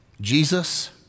Jesus